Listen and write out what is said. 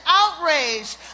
outraged